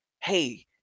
Hey